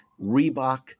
Reebok